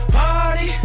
party